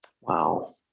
Wow